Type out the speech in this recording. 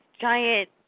giant